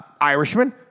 Irishman